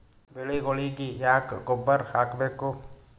ಬೆಳಿಗೊಳಿಗಿ ಯಾಕ ಗೊಬ್ಬರ ಹಾಕಬೇಕು?